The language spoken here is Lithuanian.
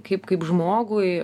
kaip kaip žmogui